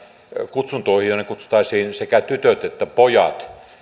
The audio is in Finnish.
kutsuntoihin jonne kutsuttaisiin sekä tytöt että pojat